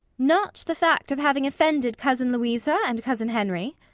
not the fact of having offended cousin louisa and cousin henry?